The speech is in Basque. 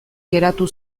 geratu